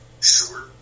sure